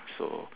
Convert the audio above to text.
so